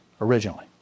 originally